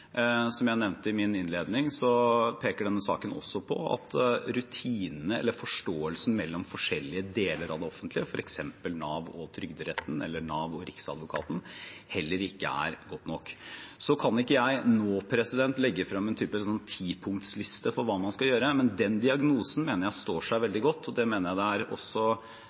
Som jeg nevnte i min innledning, peker denne saken også på at rutinene – eller forståelsen mellom forskjellige deler av det offentlige, f.eks. Nav og Trygderetten eller Nav og Riksadvokaten – heller ikke er gode nok. Så kan ikke jeg nå legge frem en type tipunktsliste for hva man skal gjøre, men den diagnosen mener jeg står seg veldig godt. Det mener jeg både kontrollkomiteens mindretallsinnstilling og flertallsinnstilling bekrefter at Stortinget også slutter seg til. Det er